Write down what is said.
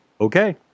Okay